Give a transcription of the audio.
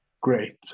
great